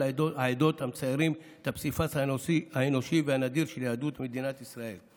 העדות המציירות את הפסיפס האנושי והנדיר של יהדות מדינת ישראל.